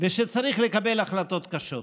ושצריך לקבל החלטות קשות.